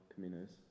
Caminos